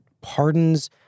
pardons